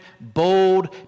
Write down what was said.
bold